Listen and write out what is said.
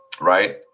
Right